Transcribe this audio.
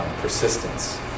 persistence